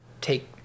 take